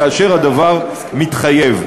כאשר הדבר מתחייב.